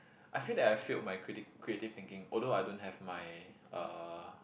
I feel that I failed my criti~ creative thinking although I don't have my uh